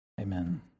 Amen